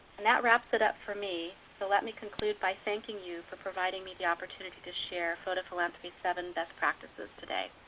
and that wraps it up for me. so let me conclude by thanking you for providing me the opportunity to share photophilanthropy's seven best practices today.